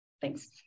Thanks